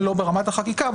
לא ברמת החקיקה,